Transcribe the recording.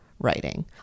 writing